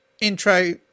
intro